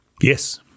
Yes